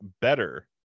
better